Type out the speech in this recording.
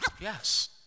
Yes